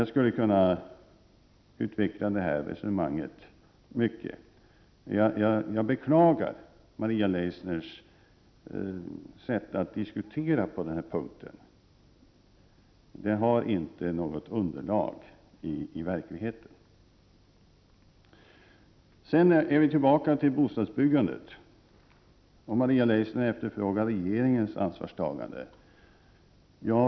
Jag skulle kunna utveckla detta resonemang ytterligare, och jag beklagar Maria Leissners sätt att diskutera på den här punkten — det har inte något underlag i verkligheten. Maria Leissner efterfrågar regeringens ansvarstagande när det gäller bostadsbyggandet.